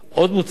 עוד מוצע,